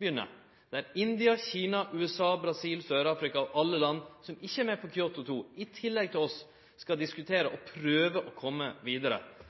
begynne, der India, Kina, USA, Brasil, Sør-Afrika og alle land som ikkje er med på Kyoto 2, i tillegg til oss skal diskutere og prøve å kome vidare.